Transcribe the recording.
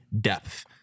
depth